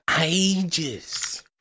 ages